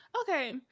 Okay